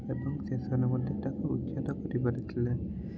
ଏବଂ ଶେଷରେ ମଧ୍ୟ ତାକୁ ଉଚ୍ଛେଦ କରିପାରିଥିଲେ